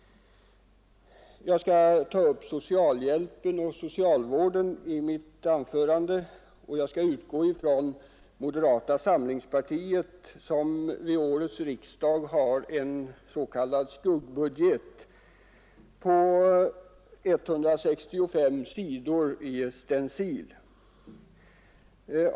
Jag skall ta upp socialhjälpen och socialvården i mitt anförande. Moderata samlingspartiet har vid årets riksdag en s.k. skuggbudget på 165 sidor i stencil.